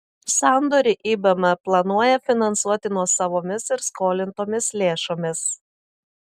sandorį ibm planuoja finansuoti nuosavomis ir skolintomis lėšomis